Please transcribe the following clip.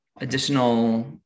additional